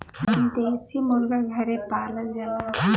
देसी मुरगा घरे पालल जाला